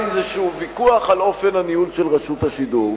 איזה ויכוח על אופן הניהול של רשות השידור.